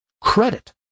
credit